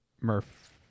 Murph